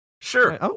Sure